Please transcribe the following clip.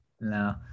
No